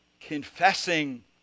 Confessing